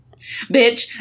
Bitch